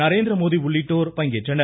நரேந்திரமோடி உள்ளிட்டோர் பங்கேற்றனர்